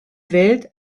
wählt